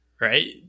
right